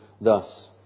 thus